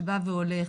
שבא והולך,